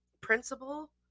Principal